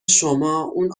شما، اون